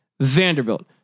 Vanderbilt